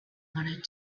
wanted